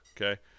Okay